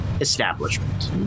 establishment